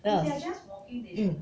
then I was mm